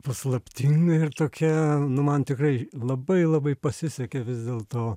paslaptinga ir tokia nu man tikrai labai labai pasisekė vis dėlto